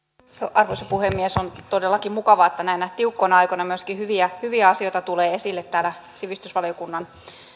arvoisa puhemies on todellakin mukavaa että näinä tiukkoina aikoina myöskin hyviä hyviä asioita tulee esille täällä sivistysvaliokunnan hallin